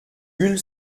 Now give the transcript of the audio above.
une